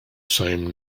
same